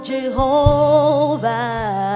Jehovah